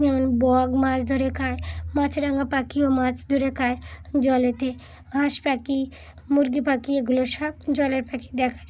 যেমন বক মাছ ধরে খায় মাছ রাঙা পাখিও মাছ ধরে খায় জলেতে হাঁস পাখি মুরগি পাখি এগুলো সব জলের পাখি দেখা যায়